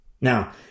Now